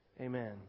Amen